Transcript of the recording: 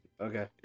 Okay